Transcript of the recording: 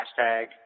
Hashtag